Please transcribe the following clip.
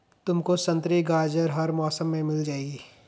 तुमको संतरी गाजर हर मौसम में मिल जाएगी